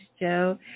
Joe